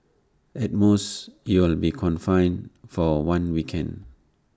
at most you'll be confined for one weekend